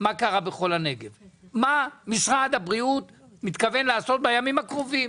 מה משרד הבריאות מתכוון לעשות בימים הקרובים